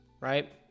right